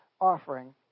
offering